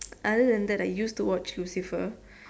other than that I used to watch Lucifer